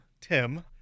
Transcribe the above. Tim